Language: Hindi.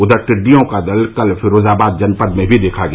उधर टिड़ियों का दल कल फिरोजाबाद जनपद में भी देखा गया